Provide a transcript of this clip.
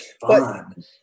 fun